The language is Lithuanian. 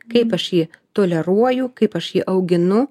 kaip aš jį toleruoju kaip aš jį auginu